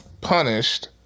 punished